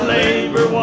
labor